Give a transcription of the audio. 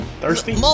thirsty